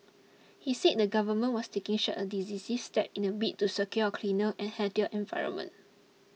he said the government was taking such decisive steps in a bid to secure a cleaner and healthier environment